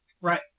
Right